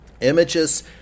Images